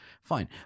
fine